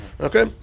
Okay